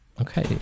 Okay